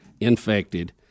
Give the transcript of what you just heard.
infected